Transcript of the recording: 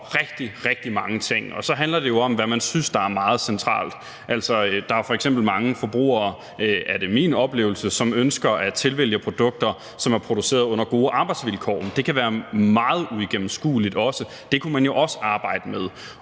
rigtig, rigtig mange ting, og så handler det om, hvad man synes er meget centralt. Der er f.eks. mange forbrugere – det er min oplevelse – som ønsker at tilvælge produkter, som er produceret under gode arbejdsvilkår; det kan også være meget uigennemskueligt, og det kunne man jo også arbejde med.